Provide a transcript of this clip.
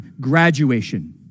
graduation